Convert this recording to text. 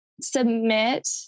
submit